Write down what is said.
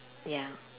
ya